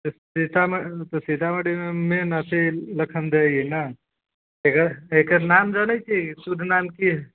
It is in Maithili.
तऽ सीतामढ़ी तो सीतामढ़ी मे मेन नदी लखनदेइ हय न एकर एकर नाम जनै छियै शुद्ध नाम की हय